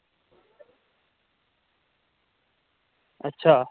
अच्छा